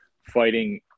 fighting